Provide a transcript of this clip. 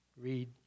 read